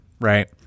right